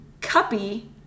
Cuppy